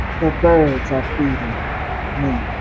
the birds are feeding me.